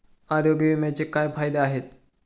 आरोग्य विम्याचे काय फायदे आहेत?